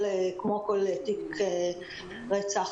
כמו כל תיק רצח,